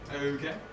Okay